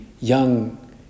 young